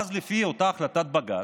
ואז לפי אותה החלטת בג"ץ,